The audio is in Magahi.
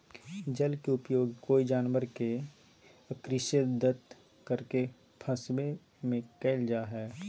जल के उपयोग कोय जानवर के अक्स्र्दित करके फंसवे में कयल जा हइ